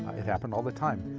it happened all the time.